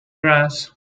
grass